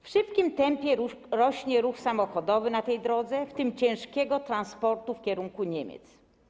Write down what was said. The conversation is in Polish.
W szybkim tempie rośnie ruch samochodowy na tej drodze, w tym ciężkiego transportu w kierunku Niemiec.